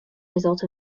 result